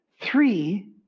three